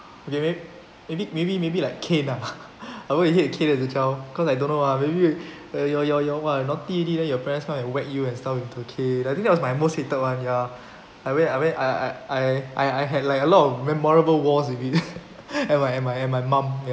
okay maybe maybe maybe maybe like cane lah I always cane as a child cause I don't know lah maybe your your your !wah! you naughty already then your parents come and whack you and stuff with a cane I think that was my most hated one ya I we~ I went I I I I had like a lot of memorable war with me and my and my and my mum ya